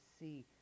see